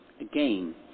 Again